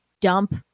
dump